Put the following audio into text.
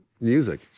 music